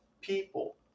people